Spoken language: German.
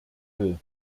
will